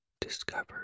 discovered